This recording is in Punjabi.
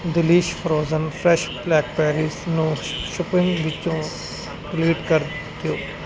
ਦਿਲੀਸ਼ ਫਰੋਜ਼ਨ ਫ਼੍ਰੇਸ਼ ਬਲੈਕਬੈਰੀਜ਼ ਨੂੰ ਸ਼ੋਪਿੰਗ ਵਿੱਚੋਂ ਡਿਲੀਟ ਕਰ ਦਿਓ